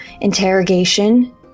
interrogation